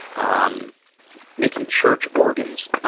um making church organs, ah,